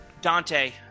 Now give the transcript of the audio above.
Dante